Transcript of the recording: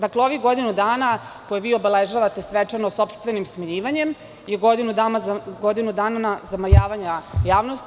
Dakle, ovih godinu dana koje vi obeležavate svečano, sopstvenim smenjivanjem, je godinu zamajavanja javnosti.